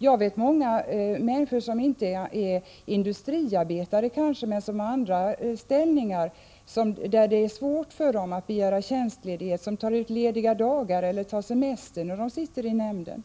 Jag vet många människor som kanske inte är industriarbetare men som har anställningar där det är svårt att begära tjänstledighet och som tar ut lediga dagar eller semester när de sitter i nämnden.